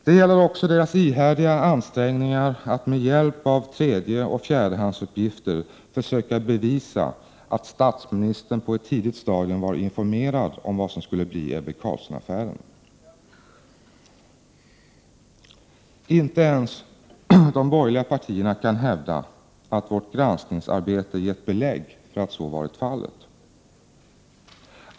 Det gäller också deras ihärdiga ansträngningar att med hjälp av tredjeoch fjärdehandsuppgifter försöka bevisa att statsministern på ett tidigt stadium var informerad om vad som skulle bli Ebbe Carlsson-affären. Inte ens de borgerliga partierna kan hävda att vårt granskningsarbete gett belägg för att så varit fallet.